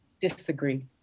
disagree